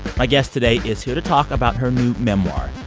my guest today is here to talk about her new memoir.